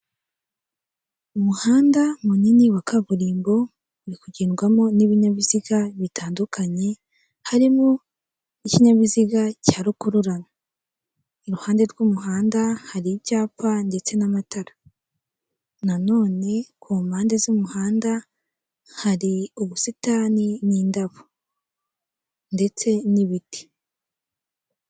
Umuhanda munini wa kaburimbo uri kugendwamo n'ibinyabiziga bitandukanye, harimo n'ikinyabiziga cya rukurura, i ruhande rw'umuhanda hari icyapa ndetse n'amatara, nanone ku mpande z'umuhanda hari ubusitani n'indabo ndetse n'ibiti.